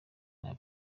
nta